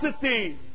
city